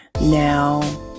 Now